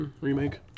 Remake